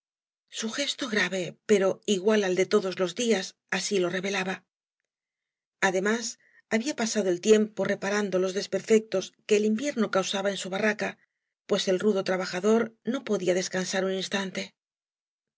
su gesto grave pero igual al de todos los días ad lo revelaba además había pasado el tiempo reparando los desperfectos que el invierno causaba en su barraca pues el rudo trabajador no podía descansar un instante